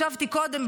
ישבתי קודם,